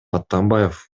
атамбаев